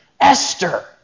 Esther